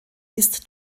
ist